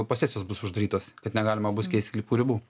posesijos bus uždarytos kad negalima bus keist sklypų ribų